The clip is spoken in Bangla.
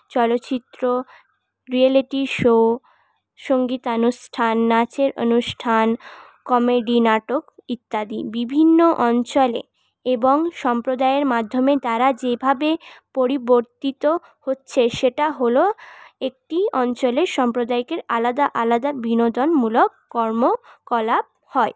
চলচিত্র রিয়েলিটি শো সঙ্গীতানুষ্ঠান নাচের অনুষ্ঠান কমেডি নাটক ইত্যাদি বিভিন্ন অঞ্চলে এবং সম্প্রদায়ের মাধ্যমে তারা যেভাবে পরিবর্তিত হচ্ছে সেটা হল একটি অঞ্চলের সম্প্রদায়কে আলাদা আলাদা বিনোদনমূলক কর্মকলাপ হয়